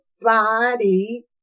body